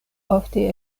ofte